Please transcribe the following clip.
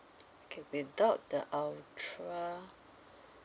okay without the ultra